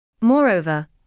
Moreover